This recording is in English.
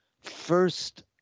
first